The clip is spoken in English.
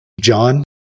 John